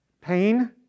Pain